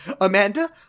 amanda